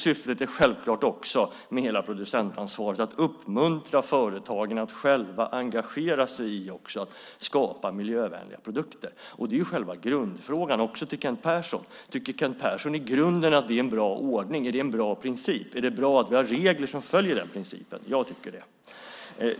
Syftet med hela producentansvaret är självklart också att uppmuntra företagen att själva engagera sig i att skapa miljövänliga produkter. Tycker Kent Persson att det i grunden är en bra ordning att vi har regler som följer den principen? Jag tycker det.